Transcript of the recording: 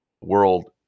world